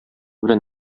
белән